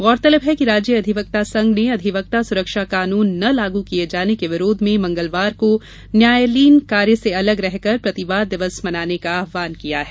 गौरतलब है कि राज्य अधिवक्ता संघ अधिवक्ता सुरक्षा कानून न लागू किये जाने के विरोध में मंगलवार को न्यायालयीन कार्य से अलग रहकर प्रतिवाद दिवस मनाने का आव्हान किया है